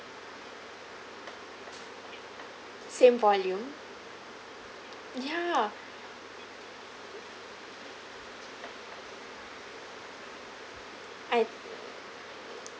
same volume yeah I